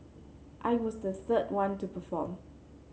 I was the third one to perform